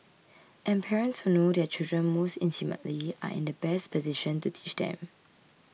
and parents who know their children most intimately are in the best position to teach them